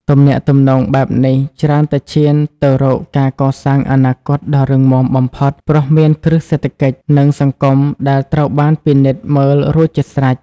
ទំនាក់ទំនងបែបនេះច្រើនតែឈានទៅរកការកសាងអនាគតដ៏រឹងមាំបំផុត ព្រោះមានគ្រឹះសេដ្ឋកិច្ច និងសង្គមដែលត្រូវបានពិនិត្យមើលរួចជាស្រេច។